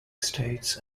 states